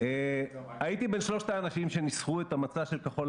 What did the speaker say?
אם היית שולח וואטסאפ זה היה פחות מפריע